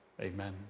amen